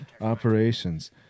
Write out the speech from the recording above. operations